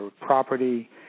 property